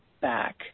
back